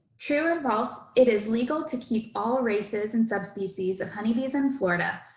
true and false. it is legal to keep all races and subspecies of honeybees in florida,